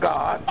God